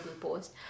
post